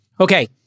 Okay